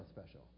special